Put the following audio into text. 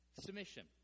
Submission